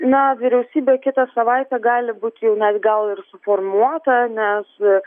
na vyriausybė kitą savaitę gali būti jau net gal ir suformuota nes